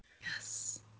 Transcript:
Yes